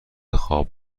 خواب